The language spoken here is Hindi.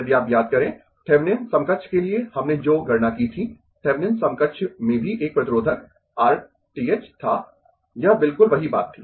यदि आप याद करें थेविनिन समकक्ष के लिए हमने जो गणना की थी थेविनिन समकक्ष में भी एक प्रतिरोधक Rth था यह बिल्कुल वही बात थी